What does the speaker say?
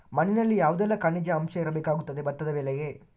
ಮಣ್ಣಿನಲ್ಲಿ ಯಾವುದೆಲ್ಲ ಖನಿಜ ಅಂಶ ಇರಬೇಕಾಗುತ್ತದೆ ಭತ್ತದ ಬೆಳೆಗೆ?